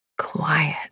quiet